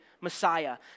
Messiah